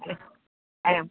ऐं